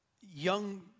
young